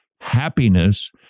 happiness